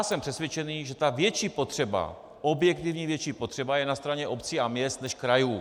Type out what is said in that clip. Jsem přesvědčen, že větší potřeba, objektivně větší potřeba je na straně obcí a měst než krajů.